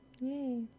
Yay